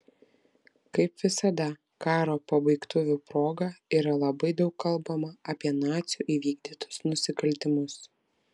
kaip visada karo pabaigtuvių proga yra labai daug kalbama apie nacių įvykdytus nusikaltimus